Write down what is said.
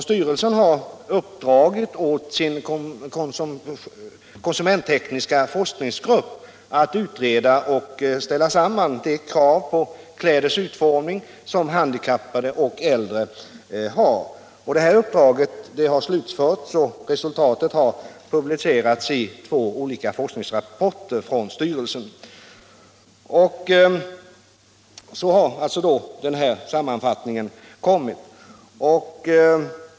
Styrelsen har uppdragit åt sin konsumenttekniska forskningsgrupp att utreda och ställa samman de krav på kläders utformning för handikappade som dessa och äldre människor har. Sedan arbetet slutförts har resultatet publicerats i två olika forskningsrapporter från styrelsen, varpå denna sammanfattning alltså givits ut.